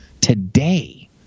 today